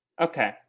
okay